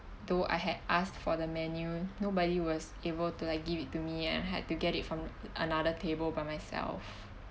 though I had asked for the menu nobody was able to like give it to me and I had to get it from another table by myself